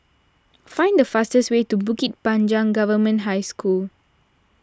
find the fastest way to Bukit Panjang Government High School